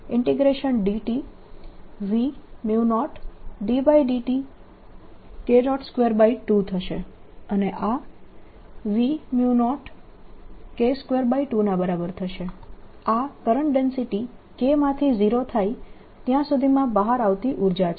dSdt V0ddtK22 થશે અને આ V0K22 ના બરાબર થશે આ કરંટ ડેન્સિટી K માંથી 0 થાય ત્યાં સુધીમાં બહાર આવતી ઉર્જા છે